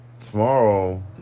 tomorrow